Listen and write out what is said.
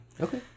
okay